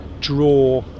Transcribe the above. draw